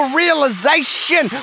realization